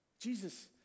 Jesus